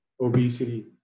obesity